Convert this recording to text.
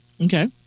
Okay